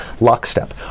lockstep